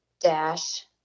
dash